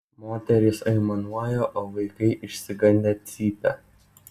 moterys aimanuoja o vaikai išsigandę cypia